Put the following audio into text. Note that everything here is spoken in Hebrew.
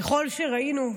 ככל שראינו,